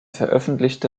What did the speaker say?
veröffentlichte